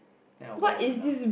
then I will buy the rendang